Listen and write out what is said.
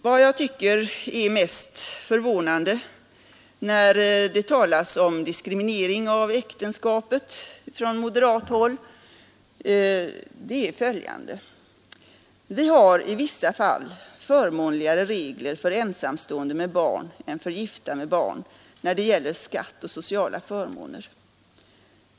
Vad jag tycker är mest förvånande när det från moderat håll talas om diskriminering av äktenskapet är följande. Vi har i vissa fall förmånligare regler när det gäller skatt och sociala förmåner för ensamstående med barn än för gifta med barn.